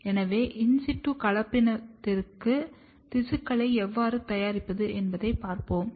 எனவே in situ கலப்பினத்திலுக்கு திசுக்களை எவ்வாறு தயாரிப்பது என்பதை பார்போம்